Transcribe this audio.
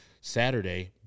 Saturday